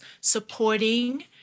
supporting